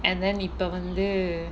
and then இப்ப வந்து:ippa vanthu